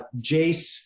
Jace